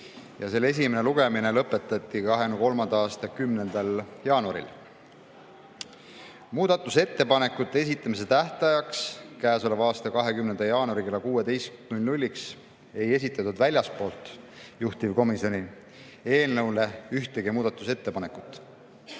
ja selle esimene lugemine lõpetati 2023. aasta 10. jaanuaril. Muudatusettepanekute esitamise tähtajaks, käesoleva aasta 20. jaanuari kella 16‑ks ei esitatud väljastpoolt juhtivkomisjoni eelnõu kohta ühtegi muudatusettepanekut.